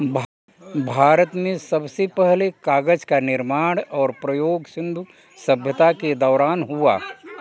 भारत में सबसे पहले कागज़ का निर्माण और प्रयोग सिन्धु सभ्यता के दौरान हुआ